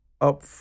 up